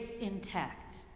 intact